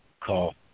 call